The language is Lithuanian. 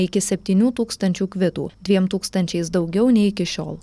iki septynių tūkstančių kvitų dviem tūkstančiais daugiau nei iki šiol